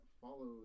follows